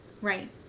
Right